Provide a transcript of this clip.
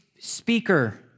speaker